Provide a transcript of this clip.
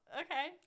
okay